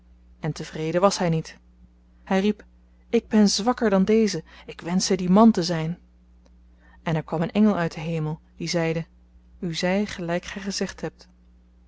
en tevreden was hy niet hy riep ik ben zwakker dan deze ik wenschte die man te zyn en er kwam een engel uit den hemel die zeide u zy gelyk gy gezegd hebt